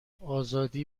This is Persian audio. آزادی